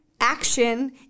action